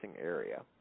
area